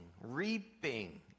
reaping